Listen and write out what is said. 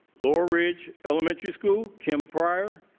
laurel ridge elementary school, kim pryer,